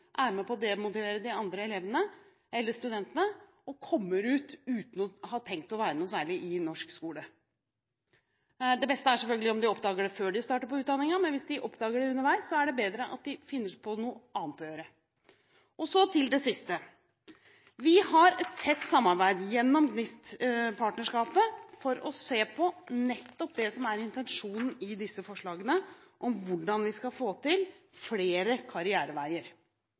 er med på å demotivere de andre studentene og kommer ut uten å ha tenkt å være noe særlig i norsk skole. Det beste er selvfølgelig om de oppdager det før de starter på utdanningen, men hvis de oppdager det underveis, er det bedre at de finner på noe annet å gjøre. Til det siste: Vi har et tett samarbeid, gjennom GNIST-partnerskapet, for å se på nettopp det som er intensjonen i disse forslagene; hvordan vi skal få til flere karriereveier.